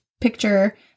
picture